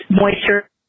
moisture